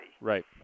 Right